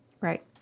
Right